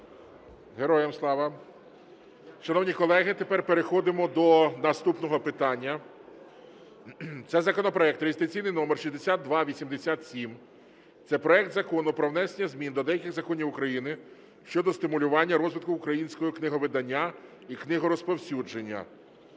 Героям слава! Шановні колеги, тепер переходимо до наступного питання. Це законопроект реєстраційний номер 6287, це проект Закону про внесення змін до деяких законів України щодо стимулювання розвитку українського книговидання і книгорозповсюдження,